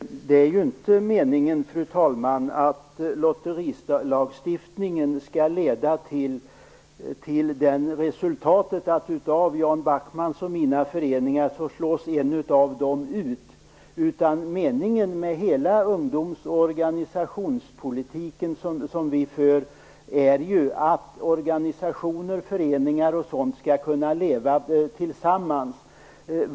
Fru talman! Det är ju inte meningen att lotterilagstiftningen skall leda till resultatet att antingen Jan Backmans eller min förening slås ut. Meningen med hela den ungdoms och organisationspolitik som vi för är att organisationer, föreningar och sådant skall kunna leva tillsammans.